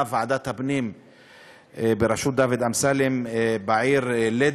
ועדת הפנים בראשות דוד אמסלם בעיר לוד,